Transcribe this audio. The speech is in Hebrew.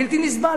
בלתי נסבל.